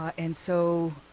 and so